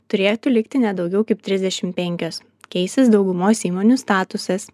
turėtų likti ne daugiau kaip trisdešim penkios keisis daugumos įmonių statusas